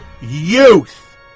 Youth